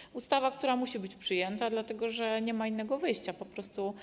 Jest to ustawa, która musi być przyjęta, dlatego że nie ma innego wyjścia, po prostu